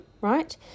right